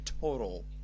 total